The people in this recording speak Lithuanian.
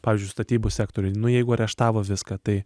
pavyzdžiui statybų sektoriuj nu jeigu areštavo viską tai